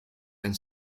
and